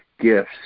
gifts